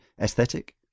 aesthetic